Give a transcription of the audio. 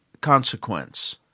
consequence